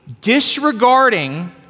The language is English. disregarding